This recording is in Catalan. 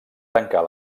tancar